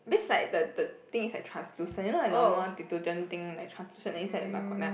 means like the the thing is like translucent you know like normal detergent thing like translucent then inside